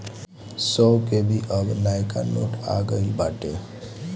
सौ के भी अब नयका नोट आ गईल बाटे